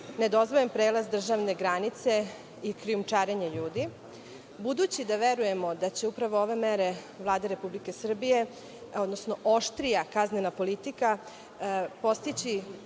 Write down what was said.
nedozvoljen prelaz državne granice i krijumčarenje ljudi, budući da verujemo da će upravo ove mere Vlade Republike Srbije, odnosno oštrija kaznena politika, postići